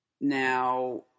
Now